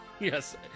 Yes